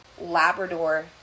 Labrador